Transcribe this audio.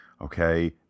okay